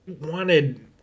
wanted